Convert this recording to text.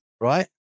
right